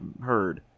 heard